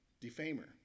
defamer